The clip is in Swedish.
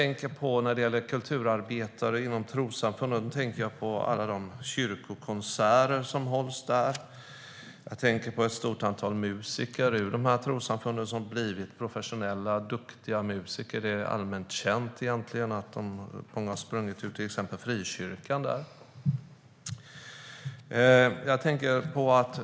När det gäller kulturarbetare inom trossamfunden tänker jag på alla de kyrkokonserter som hålls där och ett stort antal musiker ur trossamfunden som har blivit professionella duktiga musiker. Det är allmänt känt att många har sprungit ur till exempel frikyrkan.